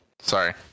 sorry